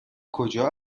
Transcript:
کجا